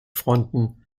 fronten